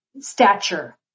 stature